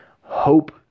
hope